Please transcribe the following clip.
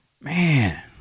Man